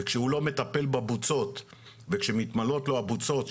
כשהוא לא מטפל בבוצות ושמתמלאות לו הבוצות,